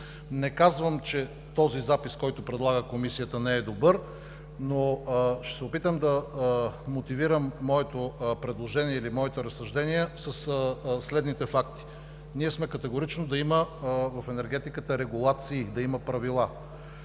Не казвам, че този запис, който предлага Комисията не е добър, но ще се опитам да мотивирам моето предложение или моите разсъждения със следните факти: ние сме категорични да има в енергетиката регулации, да има правила.